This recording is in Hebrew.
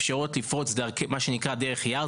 אפשרות לפרוץ את מה שנקרא "דרך יער".